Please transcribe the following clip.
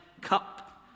cup